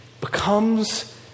becomes